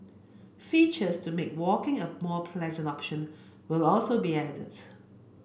features to make walking a more pleasant option will also be added